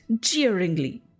jeeringly